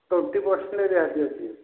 twenty percent ରିହାତି ଅଛି